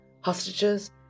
hostages